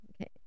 Okay